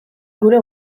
gure